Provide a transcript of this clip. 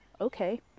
okay